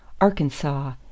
Arkansas